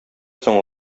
соң